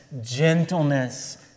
gentleness